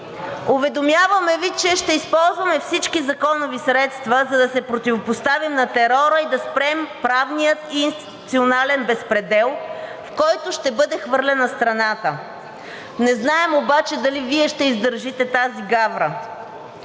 Уведомяваме Ви, че ще използваме всички законови средства, за да се противопоставим на терора и да спрем правния и институционален безпредел, в който ще бъде хвърлена страната. Не знаем обаче дали Вие ще издържите тази гавра,